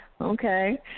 Okay